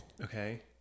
Okay